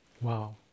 Wow